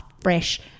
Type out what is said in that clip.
fresh